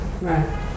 Right